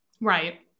Right